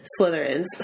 Slytherins